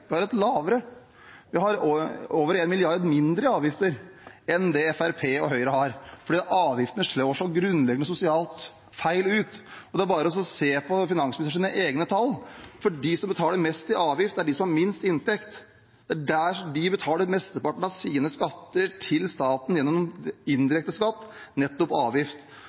Senterpartiet har et høyere avgiftsopplegg. Vi har et lavere avgiftsopplegg. Vi har over 1 mrd. kr mindre i avgifter enn det Fremskrittspartiet og Høyre har, for avgiftene slår så grunnleggende feil ut sosialt. Det er bare å se på finansministerens egne tall, for de som betaler mest i avgifter, er de som har minst i inntekt. De betaler mesteparten av sine skatter til staten gjennom en indirekte skatt: